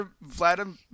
Vladimir